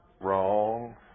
wrong